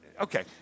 Okay